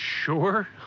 Sure